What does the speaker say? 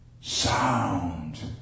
sound